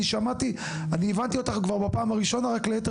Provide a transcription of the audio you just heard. אני הבנתי אותך גם בפעם הראשונה ורק ליתר